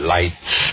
Lights